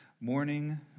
Morning